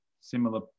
similar